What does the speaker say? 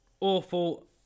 awful